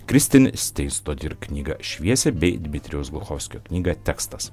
kristin steistodir knygą šviesi bei dmitrijaus gluchovskio knygą tekstas